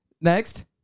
Next